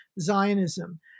Zionism